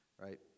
Right